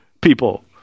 people